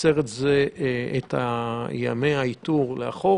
לקצר את ימי האיתור לאחור.